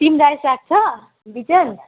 सिम्रायो साग छ बिजन